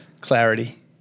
Clarity